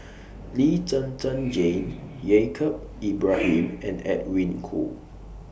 Lee Zhen Zhen Jane Yaacob Ibrahim and Edwin Koo